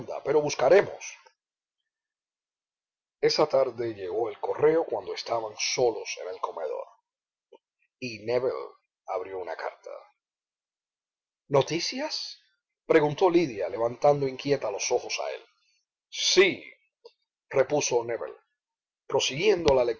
pero buscaremos esa tarde llegó el correo cuando estaban solos en el comedor y nébel abrió una carta noticias preguntó lidia levantando inquieta los ojos a él sí repuso nébel prosiguiendo la